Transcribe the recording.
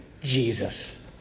Jesus